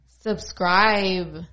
subscribe